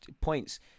points